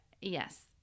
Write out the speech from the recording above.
Yes